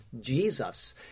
Jesus